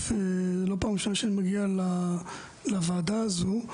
לא פעם ראשונה שאני מגיע לוועדה הזו.